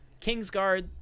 Kingsguard